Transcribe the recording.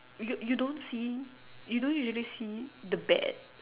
you you don't see you don't really see the bad